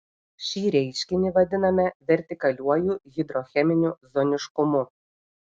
šį reiškinį vadiname vertikaliuoju hidrocheminiu zoniškumu